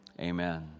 amen